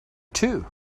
too